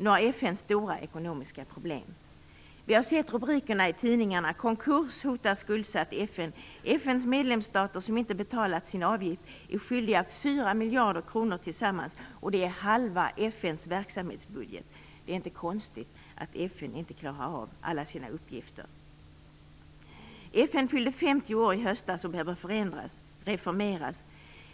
Nu har FN stora ekonomiska problem. Vi har sett rubrikerna i tidningarna: Konkurs hotar skuldsatt FN. FN:s medlemsstater som inte betalat sin avgift är skyldiga 4 miljarder kronor tillsammans, och det är halva FN:s verksamhetsbudget. Det är inte konstigt att FN inte klarar av alla sina uppgifter. FN fyllde femtio år i höstas och behöver förändras och reformeras.